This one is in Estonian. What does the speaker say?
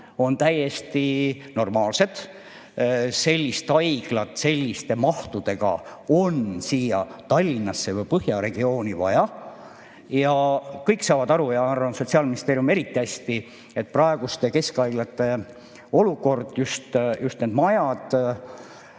on täiesti normaalsed. Sellist haiglat selliste mahtudega on siia Tallinnasse või põhjaregiooni vaja. Kõik saavad aru ja arvan, et Sotsiaalministeerium eriti hästi, et praeguste keskhaiglate olukord – just need majad,